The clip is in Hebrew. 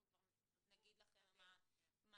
אנחנו נגיד לכם מה צריך.